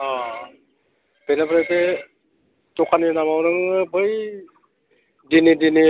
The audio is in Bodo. अ बेनिफ्राय बे दखाननि नामाव नों बै डेलि डेलि